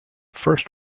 first